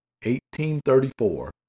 1834